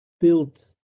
built